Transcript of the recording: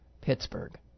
Pittsburgh